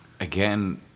again